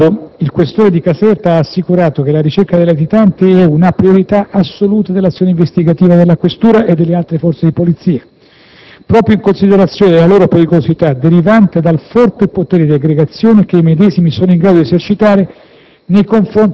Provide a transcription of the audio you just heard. Al riguardo, il questore di Caserta ha assicurato che la ricerca dei latitanti è una priorità assoluta dell'azione investigativa della questura e delle altre forze di polizia, proprio in considerazione della loro pericolosità derivante dal forte potere di aggregazione che i medesimi sono in grado di esercitare